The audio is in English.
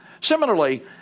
Similarly